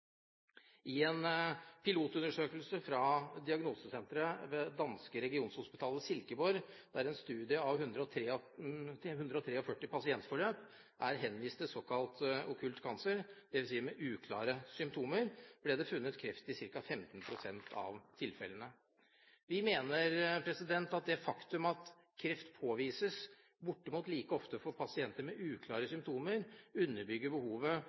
I en pilotundersøkelse fra diagnosesenteret ved det danske Regionshospitalet Silkeborg, der en studie av 143 pasientforløp er henvist med såkalt okkult cancer, dvs. med uklare symptomer, ble det funnet kreft i ca. 15 pst. av tilfellene. Vi mener at det faktum at kreft påvises bortimot like ofte for pasienter med uklare symptomer, underbygger behovet